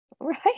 right